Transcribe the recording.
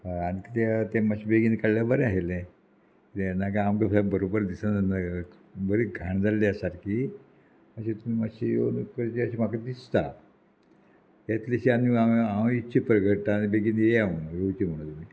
हय आनी कितें तें मातशें बेगीन काडल्यार बरें आशिल्लें किदें ना की आमकां खंय बरोबर दिसना न्हय बरी घाण जाल्ली आसा सारकी अशें तुमी मातशें येवन करचें अशें म्हाका दिसता येतलीशी आनी हांव हांव इच्छा परगट्टा आनी बेगीन येया म्हण येवची म्हण तुमी